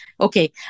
okay